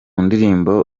ndirimbo